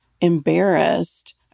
embarrassed